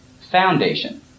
foundation